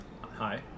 Hi